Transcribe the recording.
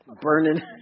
burning